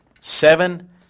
seven